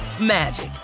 magic